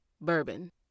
Bourbon